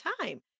time